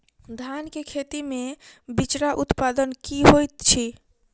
धान केँ खेती मे बिचरा उत्पादन की होइत छी?